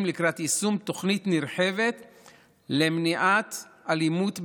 לקראת יישום תוכנית נרחבת למניעת אלימות בקהילה,